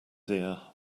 ear